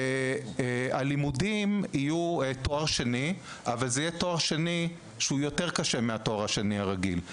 בשביל התפקיד יידרש תואר שני שהוא יותר קשה מהתואר השני הרגיל.